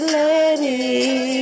lady